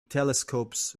telescopes